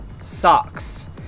socks